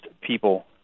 people